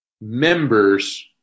members